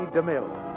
DeMille